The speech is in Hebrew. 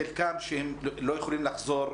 חלקם לא יכולים לחזור,